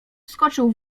wskoczył